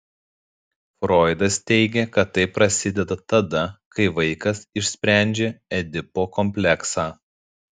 froidas teigė kad tai prasideda tada kai vaikas išsprendžia edipo kompleksą